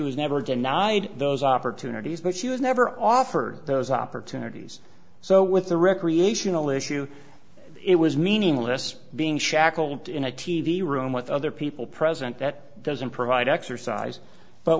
was never denied those opportunities but she was never offered those opportunities so with the recreational issue it was meaningless being shackled in a t v room with other people present that doesn't provide exercise but